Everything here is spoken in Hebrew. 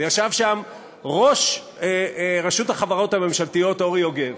וישב שם ראש רשות החברות הממשלתיות אורי יוגב,